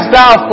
Thou